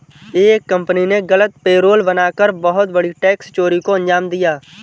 एक कंपनी ने गलत पेरोल बना कर बहुत बड़ी टैक्स चोरी को अंजाम दिया